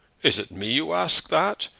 is it me you ask that?